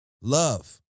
Love